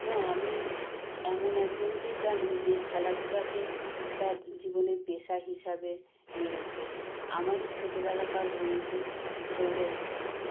হ্যাঁ আমি এমন একজনকেই জানি যে খেলাধূলাকে তার জীবনের পেশা হিসাবে নিয়েছে আমারই ছোটবেলাকার বন্ধু সৌরভ সিনহা